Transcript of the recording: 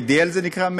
ADL זה נקרא,